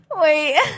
Wait